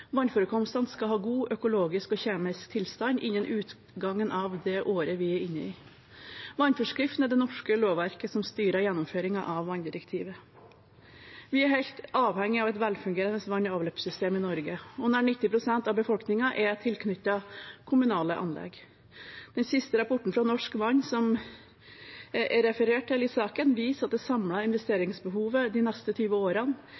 vannforekomstene skal ha god økologisk og kjemisk tilstand innen utgangen av det året vi er inne i. Vannforskriften er det norske lovverket som styrer gjennomføringen av vanndirektivet. Vi er helt avhengige av et velfungerende vann- og avløpssystem i Norge, og nær 90 pst. av befolkningen er tilknyttet kommunale anlegg. Den siste rapporten fra Norsk Vann, som det er referert til i saken, viser at det samlede investeringsbehovet de neste 20 årene